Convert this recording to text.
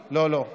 57. לא, לא,